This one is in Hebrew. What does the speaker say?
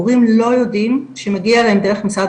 הורים לא יודעים שמגיע להם דרך משרד